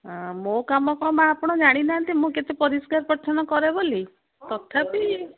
ହଁ ମୋ କାମ କ'ଣ ମାଆ ଆପଣ ଜାଣିନାହାନ୍ତି ମୁଁ କେତେ ପରିଷ୍କାର ପରିଚ୍ଛନ୍ନ କରେ ବୋଲି ତଥାପି